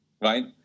right